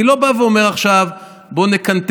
אני לא בא ואומר עכשיו: בואו נקנטר,